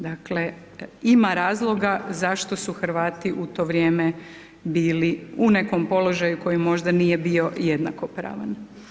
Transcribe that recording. Dakle ima razloga zašto su Hrvati u to vrijeme bili u nekom položaju koji možda nije bio jednakopravan.